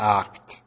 act